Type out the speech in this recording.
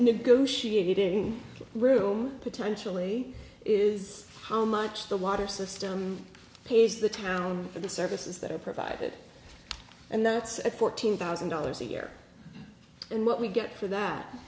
negotiating room potentially is how much the water system pays the town for the services that are provided and that's at fourteen thousand dollars a year and what we get for that